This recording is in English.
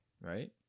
right